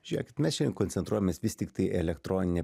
žiūrėkit mes šiandien koncentruojamės vis tiktai elektroninę